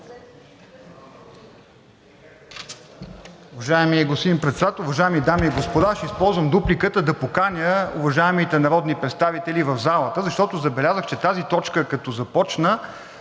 Уважаеми господин Председател, уважаеми дами и господа! Ще използвам дупликата да поканя уважаемите народни представители в залата, защото забелязах, че тази точка, като започна,